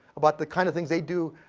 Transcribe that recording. about the kind of things they do.